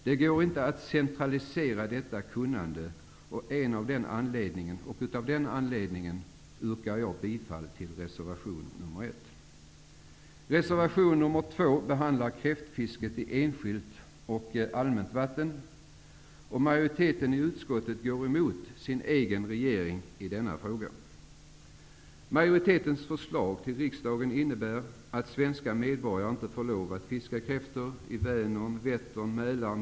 Det går inte att centralisera detta kunnande, och av den anledningen yrkar jag bifall till reservation nr 1. Reservation nr 2 behandlar kräftfisket i enskilt och allmänt vatten. Majoriteten i utskottet går emot sin egen regering i denna fråga.